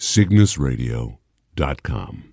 CygnusRadio.com